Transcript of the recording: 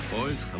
Boys